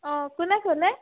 অঁ কোনে ক'লে